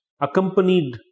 accompanied